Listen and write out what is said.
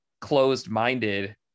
closed-minded